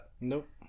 nope